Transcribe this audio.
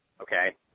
okay –